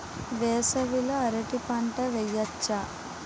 వేసవి లో అరటి పంట వెయ్యొచ్చా?